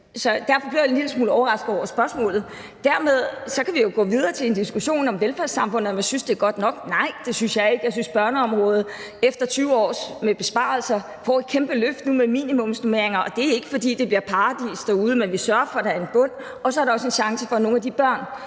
jeg en lille smule overrasket over spørgsmålet. Dermed kan vi jo gå videre til en diskussion om velfærdssamfundet, og om vi synes, det er godt nok. Nej, det synes jeg ikke. Børneområdet får efter 20 år med besparelser nu et kæmpe løft med minimumsnormeringer, og det er ikke, fordi det bliver et paradis derude, men vi sørger for, at der er en bund, og så er der en chance for, at nogle af de børn,